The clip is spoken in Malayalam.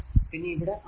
പിന്നെ ഇവിടെ R n